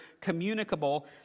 communicable